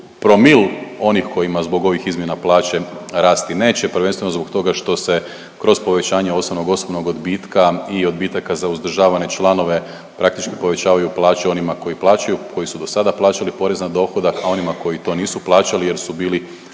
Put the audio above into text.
promil onih kojima zbog ovih izmjena plaće rasti neće prvenstveno zbog toga što se kroz povećanje osobnog, osobnog odbitka i odbitaka za uzdržavane članove praktički povećavaju plaće onima koji plaćaju, koji su do sada plaćali porez na dohodak, a onima koji to nisu plaćali jer su bili